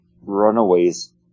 Runaways